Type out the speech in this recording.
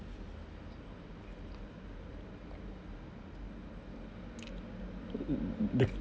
the